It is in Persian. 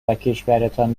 وکشورتان